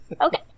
Okay